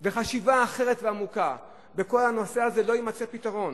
וחשיבה אחרת ועמוקה ולא יימצא פתרון